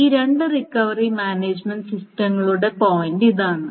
ഈ രണ്ട് recovery management സിസ്റ്റങ്ങളുടെ പോയിന്റ് ഇതാണ്